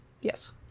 Yes